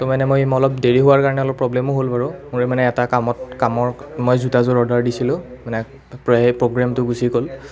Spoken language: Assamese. তো মানে মই অলপ দেৰি হোৱাৰ কাৰণে অলপ প্ৰব্লেমো হ'ল বাৰু মোৰ মানে এটা কামত কামৰ মই জোতাযোৰ অৰ্ডাৰ দিছিলোঁ মানে প্ৰায়ে প্ৰগ্ৰেমটো গুচি গ'ল